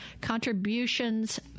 Contributions